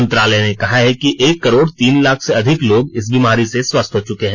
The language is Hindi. मंत्रालय ने कहा है कि एक करोड तीन लाख से अधिक लोग इस बीमारी से स्वस्थ हो चुके हैं